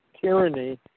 tyranny